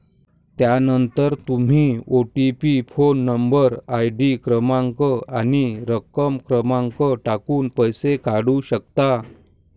त्यानंतर तुम्ही OTP phone number, ID क्रमांक आणि रक्कम क्रमांक टाकून पैसे काढू शकता